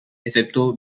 excepto